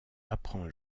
apprend